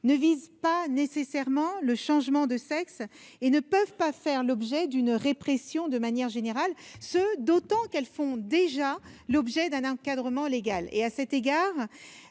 ne visent pas nécessairement le changement de sexe et ne peuvent faire l'objet d'une répression générale, d'autant plus qu'elles font déjà l'objet d'un encadrement légal. La